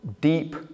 deep